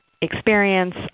experience